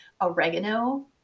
Oregano